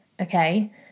Okay